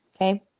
Okay